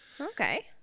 okay